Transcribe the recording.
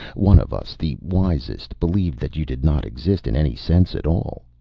one of us, the wisest, believed that you did not exist in any sense at all.